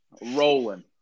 rolling